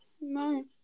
No